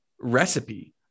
recipe